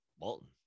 Walton